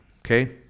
okay